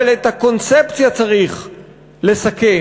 אבל את הקונספציה צריך לסכם.